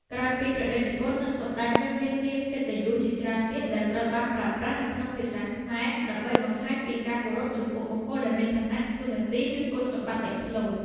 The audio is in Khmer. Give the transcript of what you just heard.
ក្រៅពី ព្រះតេជគុណ និង សម្ដេច នៅមាននាមកិត្តិយសជាច្រើនទៀតដែលត្រូវបានប្រើប្រាស់នៅក្នុងភាសាខ្មែរ ដើម្បីបង្ហាញពីការគោរពចំពោះបុគ្គលដែលមានឋានៈ តួនាទី ឬគុណសម្បត្តិលេចធ្លោ។